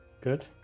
good